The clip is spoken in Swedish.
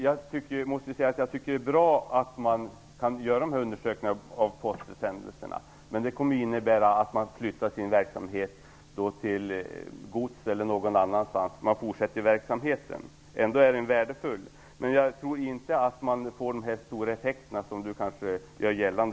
Jag tycker att det är bra att postförsändelserna skall kunna undersökas, men det kommer att innebära att dessa personer flyttar sin verksamhet till godssidan eller fortsätter den på annat sätt. Ändå är den nya möjligheten värdefull, men jag tror inte att den nya lagstiftningen får de stora effekter som du vill göra gällande.